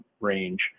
range